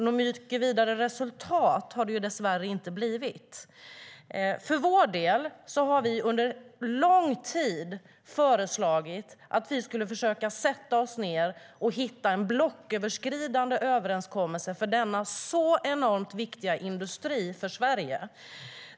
Något vidare resultat har det dess värre inte blivit. För vår del har vi under lång tid föreslagit att vi skulle försöka sätta oss ned och hitta en blocköverskridande överenskommelse för denna industri, som är enormt viktig för Sverige.